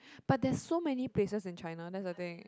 but there's so many places in China that's the thing